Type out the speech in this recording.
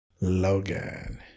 Logan